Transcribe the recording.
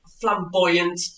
flamboyant